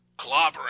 Clobbering